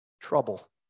trouble